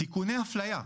תיקוני אפליה.